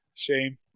shame